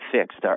fixed